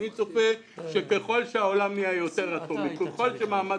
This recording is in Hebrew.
אני צופה שככל שהעולם נהיה יותר --- ככל שמעמד